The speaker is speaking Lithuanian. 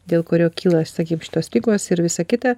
dėl kurio kyla sakykim šitos ligos ir visa kita